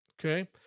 Okay